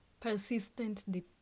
persistent